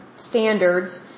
standards